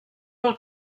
del